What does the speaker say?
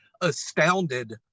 astounded